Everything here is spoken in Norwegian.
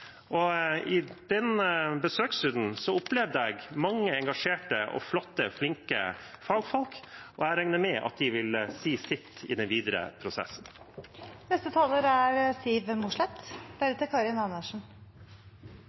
og Nesna i går. På den besøksrunden opplevde jeg å møte mange engasjerte, flotte og flinke fagfolk, og jeg regner med at de vil si sitt i den videre